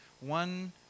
one